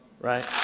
right